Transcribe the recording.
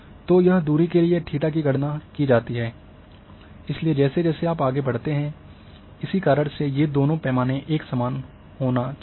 तो यह दूरी की लिए थेटा की गणना की जाती है इसलिए जैसे जैसे आप आगे बढ़ते हैं इसी कारण से ये दोनो पैमाने एक समान होना चाहिए